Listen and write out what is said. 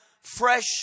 fresh